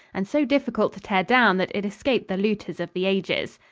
and so difficult to tear down that it escaped the looters of the ages.